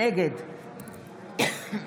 נגד ישראל כץ,